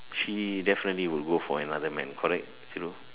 she definitely will go for another man correct you know